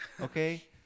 okay